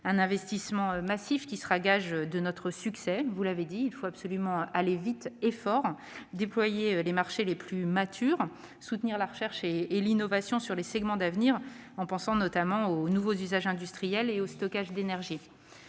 Cet investissement massif sera gage de notre succès, vous l'avez dit ; il faut absolument aller vite et fort, pour déployer les marchés les plus matures, soutenir la recherche et l'innovation sur les segments d'avenir, en pensant notamment aux nouveaux usages industriels et au stockage d'énergie.